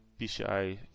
PCI